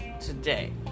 today